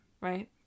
Right